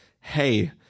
hey